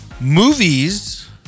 movies